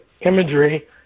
imagery